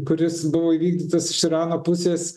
kuris buvo įvykdytas iš irano pusės